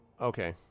Okay